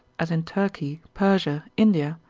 as in turkey, persia, india,